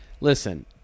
Listen